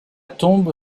tombe